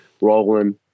rolling